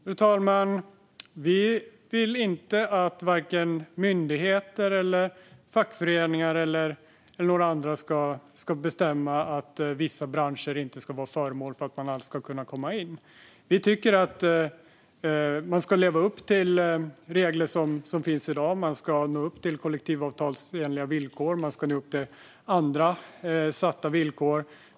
Fru talman! Vi vill inte att vare sig myndigheter, fackföreningar eller några andra ska bestämma att vissa branscher inte alls ska vara föremål för att kunna komma in. Vi tycker att man ska leva upp till de regler som finns i dag. Man ska nå upp till kollektivavtalsenliga villkor. Man ska nå upp till andra satta villkor.